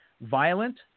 violent